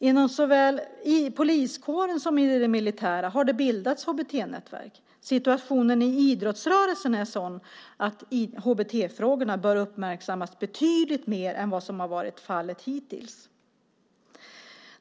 Inom såväl poliskåren som det militära har det bildats HBT-nätverk. Situationen i idrottsrörelsen är sådan att HBT-frågorna bör uppmärksammas betydligt mer än vad som har varit fallet hittills.